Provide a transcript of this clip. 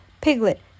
Piglet